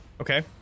Okay